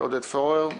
עודד פורר,